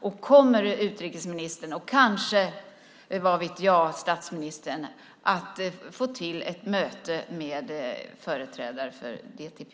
Och kommer utrikesministern och kanske, vad vet jag, statsministern att få till ett möte med företrädare för DTP?